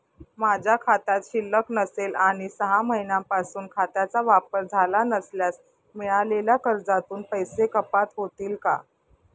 माझ्या खात्यात शिल्लक नसेल आणि सहा महिन्यांपासून खात्याचा वापर झाला नसल्यास मिळालेल्या कर्जातून पैसे कपात होतील का?